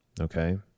okay